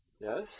Yes